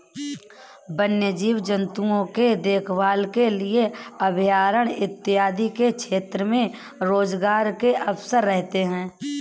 वन्य जीव जंतुओं की देखभाल के लिए अभयारण्य इत्यादि के क्षेत्र में रोजगार के अवसर रहते हैं